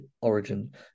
origin